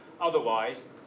otherwise